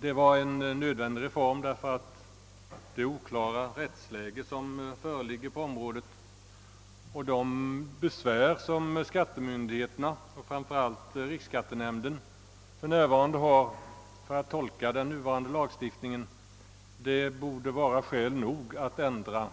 Det var en nödvändig reform, därför att det oklara rättsläget på området och de besvär som skattemyndigheterna, framför allt riksskattenämnden, för närvarande har i fråga om att tolka den nuvarande lagstiftningen borde vara skäl nog att ändra